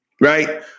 Right